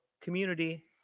community